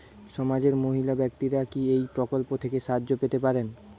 সমাজের মহিলা ব্যাক্তিরা কি এই প্রকল্প থেকে সাহায্য পেতে পারেন?